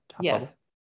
yes